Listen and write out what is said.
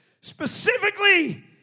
Specifically